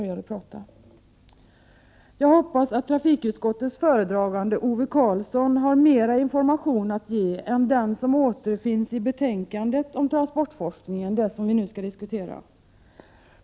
Jag hoppas att trafikutskottets föredragande Ove Karlsson har mera information att ge än den som återfinns i betänkandet om transportforskningen, som vi nu diskuterar.